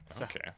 okay